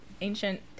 ancient